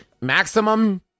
Maximum